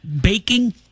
baking